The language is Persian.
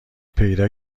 پیدا